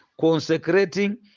consecrating